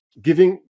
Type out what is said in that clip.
Giving